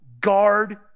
guard